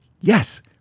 Yes